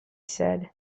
said